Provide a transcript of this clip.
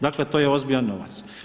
Dakle to je ozbiljan novac.